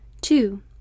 Two